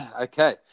Okay